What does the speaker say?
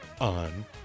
on